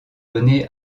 donnée